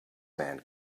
and